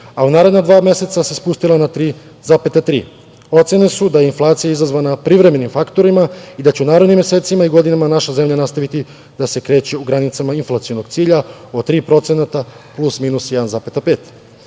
a u naredna dva meseca se spustila na 3,3%. Ocene su da je inflacija izazvana privremenim faktorima i da će u narednim mesecima i godinama naša zemlja nastaviti da se kreće u granicama inflacionog cilja od 3% plus-minus 1,5%.Na